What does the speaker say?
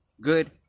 good